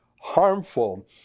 harmful